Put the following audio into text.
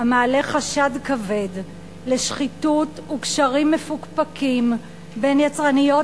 המעלה חשד כבד לשחיתות וקשרים מפוקפקים בין יצרניות